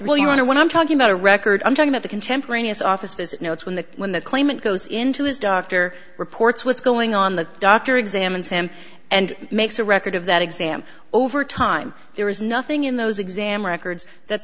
really want to when i'm talking about a record i'm talking about the contemporaneous office visit notes when the when the claimant goes into his doctor reports what's going on the doctor examines him and makes a record of that exam over time there is nothing in those exam records that